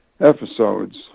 episodes